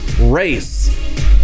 race